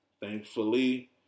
Thankfully